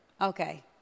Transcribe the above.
Okay